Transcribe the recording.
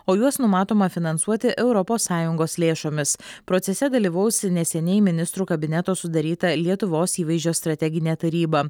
o juos numatoma finansuoti europos sąjungos lėšomis procese dalyvaus neseniai ministrų kabineto sudaryta lietuvos įvaizdžio strateginė taryba